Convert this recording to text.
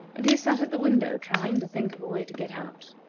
and he sat at the window, trying to think of a way to get out.